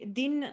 din